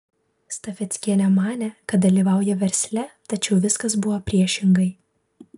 stafeckienė manė kad dalyvauja versle tačiau viskas buvo priešingai